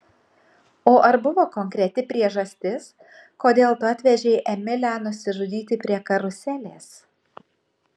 o ar buvo konkreti priežastis kodėl tu atvežei emilę nusižudyti prie karuselės